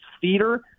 theater